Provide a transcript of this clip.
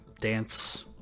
Dance